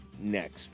next